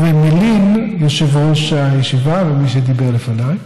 מלין יושב-ראש הישיבה ומי שדיבר לפניי.